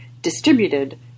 distributed